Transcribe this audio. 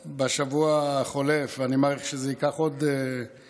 בשבוע החולף, ואני מעריך שזה ייקח עוד שבוע,